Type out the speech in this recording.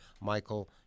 Michael